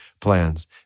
plans